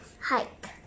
hike